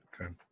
Okay